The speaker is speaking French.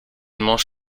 mange